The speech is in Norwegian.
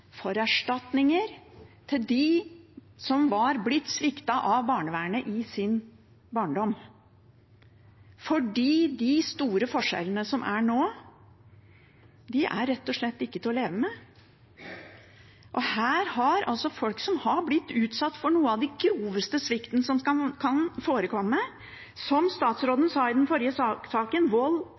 for erstatninger til dem som var blitt sviktet av barnevernet i sin barndom. For de store forskjellene som er nå, er rett og slett ikke til å leve med. Her er det altså folk som har blitt utsatt for noe av den groveste svikten som kan forekomme – som statsråden sa i den forrige saken, vold